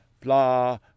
blah